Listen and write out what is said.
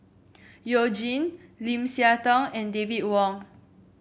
You Jin Lim Siah Tong and David Wong